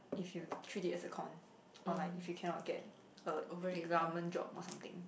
if you treat it as a con or like if you cannot get a government job or something